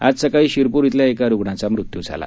आज सकाळी शिरपूर इथल्या एका रुग्णाचा मृत्यू झाला आहे